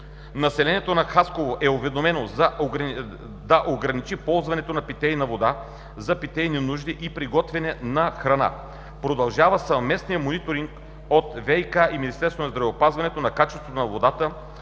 Населението на Хасково е уведомено да ограничи ползването на питейната вода за питейни нужди и приготвяне на храна. Продължава съвместният мониторинг от ВиК и Министерството на здравеопазването на качеството на водата